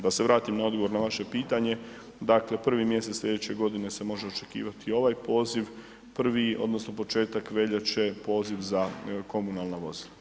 Da se vratim na odgovor na vaše pitanje, dakle 1. mjesec slijedeće godine se može očekivati ovaj poziv, prvi odnosno početak veljače poziv za komunalna vozila.